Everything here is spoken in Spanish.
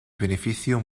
beneficio